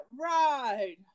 ride